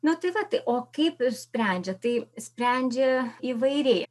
nu tai vat o kaip ir sprendžia tai sprendžia įvairiai